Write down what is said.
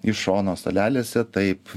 iš šono salelėse taip